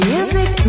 Music